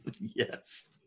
Yes